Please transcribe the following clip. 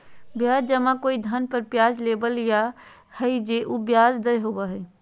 ब्याज जमा कोई धन पर ब्याज लेबल या देल जा हइ उ ब्याज दर होबो हइ